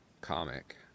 comic